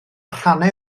rhannau